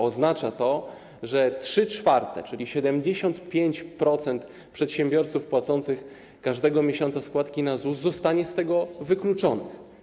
Oznacza to, że 3/4, czyli 75%, przedsiębiorców płacących każdego miesiąca składki na ZUS zostanie z tego wykluczonych.